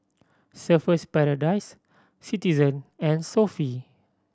Surfer's Paradise Citizen and Sofy